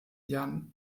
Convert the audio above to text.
jan